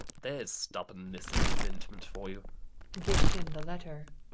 there's stubbornness and resentment for you gives him the letter.